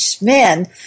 men